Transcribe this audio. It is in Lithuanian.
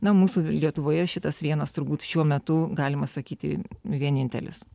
na mūsų lietuvoje šitas vienas turbūt šiuo metu galima sakyti vienintelis